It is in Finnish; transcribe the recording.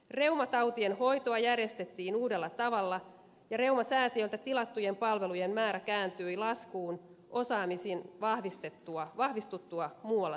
reumatautien hoitoa järjestettiin uudella tavalla ja reumasäätiöltä tilattujen palveluiden määrä kääntyi laskuun osaamisen vahvistuttua muualla suomessa